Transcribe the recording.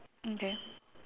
okay